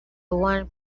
one